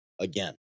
again